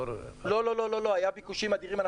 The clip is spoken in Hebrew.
לא, לא, לא, היו ביקושים אדירים.